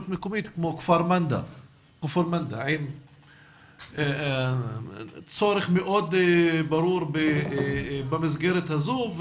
מקומית כמו כפר מנדא עם צורך מאוד ברור במסגרת הזו.